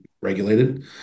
regulated